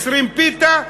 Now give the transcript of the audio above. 20 פיתה,